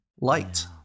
light